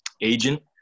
agent